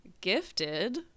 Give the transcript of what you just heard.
gifted